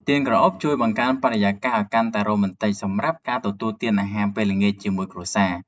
ទៀនក្រអូបជួយបង្កើនបរិយាកាសឱ្យកាន់តែរ៉ូមែនទិកសម្រាប់ការទទួលទានអាហារពេលល្ងាចជាមួយគ្រួសារ។